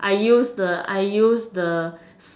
I use the I use the